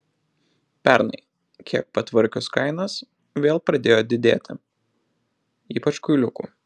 pernai kiek patvarkius kainas vėl pradėjo didėti ypač kuiliukų